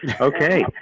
Okay